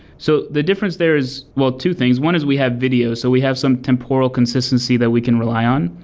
so the difference there is, well, two things. one is we have video. so we have some temporal consistency that we can rely on,